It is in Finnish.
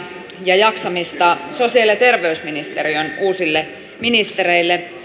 ja jaksamista sosiaali ja terveysministeriön uusille ministereille